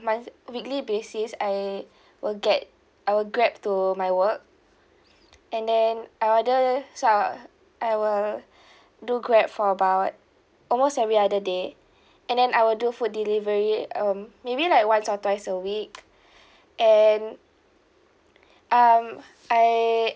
month weekly basis I will get I will grab to my work and then I order so I'll I will do grab for about almost every other day and then I will do food delivery um maybe like once or twice a week and um I